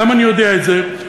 למה אני יודע את זה?